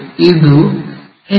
ಇದು ಎಚ್